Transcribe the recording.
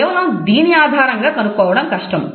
కేవలం దీని ఆధారంగా కనుక్కోవడం కష్టం